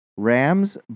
rams